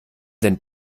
denn